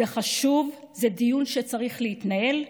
זה חשוב, זה דיון שצריך להתנהל,